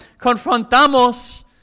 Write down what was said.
confrontamos